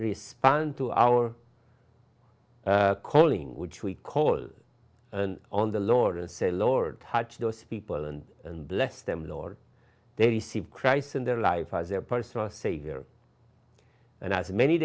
respond to our calling which we call on the lord and say lord touch those people and and bless them lord they receive christ in their life as their personal savior and as many